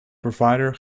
provider